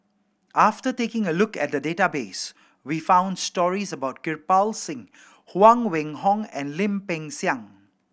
after taking a look at the database we found stories about Kirpal Singh Huang Wenhong and Lim Peng Siang